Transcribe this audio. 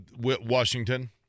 Washington